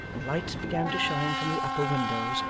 and lights began to shine from the upper windows,